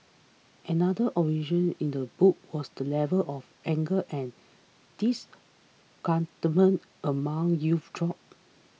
another observation in the book was that the level of anger and disgruntlement among youth dropped